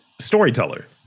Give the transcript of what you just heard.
storyteller